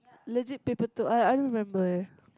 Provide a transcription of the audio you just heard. legit people thought I I don't remember eh